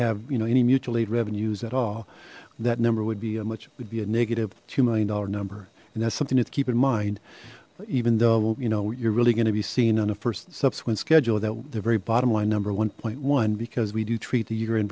have you know any mutual aid revenues at all that number would be a much would be a negative two million dollar number and that's something to keep in mind even though you know you're really going to be seen on a first subsequent schedule that the very bottom line number one one because we do treat the